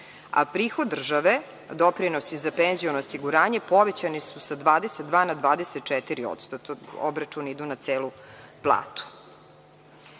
a prihod države, doprinosi za penziono osiguranje povećani su sa 22% na 24%, obračuni idu na celu platu.